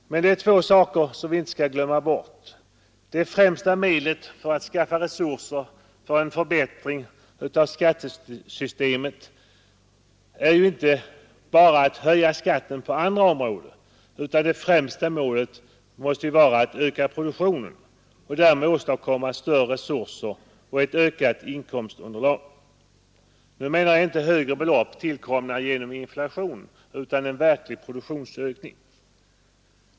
Men det är två frågor här som vi inte skall glömma bort. Den första frågan gäller hur vi skall skaffa resurser för en förbättring av skattesystemet. Det främsta medlet för att åstadkomma det är inte att höja skatten på andra områden, utan det måste vara att öka produktionen. Därmed åstadkommer man större resurser och ett ökat inkomstunderlag; jag avser nu inte högre belopp tillkomna genom inflation, utan en verklig produktionsökning.